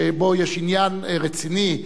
שבו יש עניין רציני.